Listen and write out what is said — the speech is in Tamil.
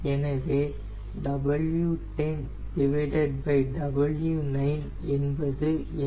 எனவே என்பது என்ன